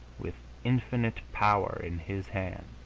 with infinite power in his hands.